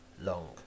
long